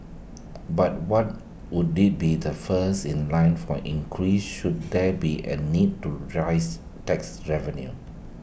but what would they be the first in line for an increase should there be A need to raise tax revenue